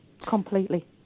completely